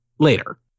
later